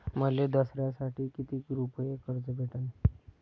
मले दसऱ्यासाठी कितीक रुपये कर्ज भेटन?